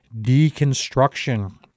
deconstruction